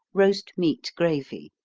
roast meat gravy.